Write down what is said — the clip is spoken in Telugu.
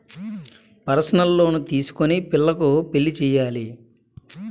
పర్సనల్ లోను తీసుకొని పిల్లకు పెళ్లి చేయాలి